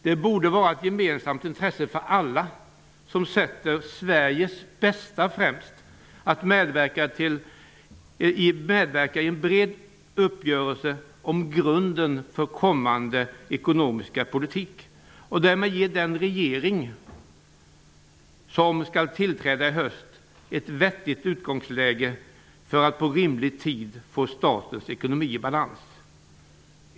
Det borde vara ett gemensamt intresse för alla som sätter Sveriges bästa främst att medverka i en bred uppgörelse om grunden för den kommande ekonomiska politiken och därmed ge den regering som skall tillträda i höst ett vettigt utgångsläge för att på rimlig tid få statens ekonomi i balans.